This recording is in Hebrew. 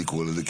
אני קורא לזה,